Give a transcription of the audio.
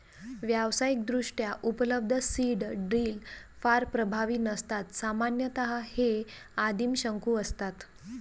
व्यावसायिकदृष्ट्या उपलब्ध seed drill फार प्रभावी नसतात सामान्यतः हे आदिम शंकू असतात